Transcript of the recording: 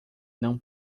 não